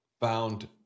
found